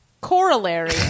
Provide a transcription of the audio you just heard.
corollary